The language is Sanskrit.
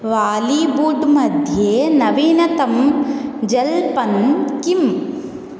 वालिबुड्मध्ये नवीनतमं जल्पनं किम्